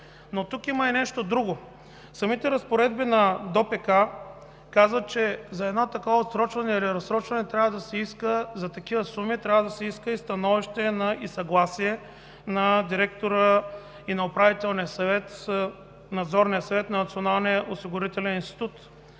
Но тук има и нещо друго. Самите разпоредби на ДОПК казват, че за едно такова отсрочване или разсрочване за такива суми трябва да се иска становище и съгласие на директора и на Надзорния съвет на Националния осигурителен институт.